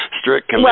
strict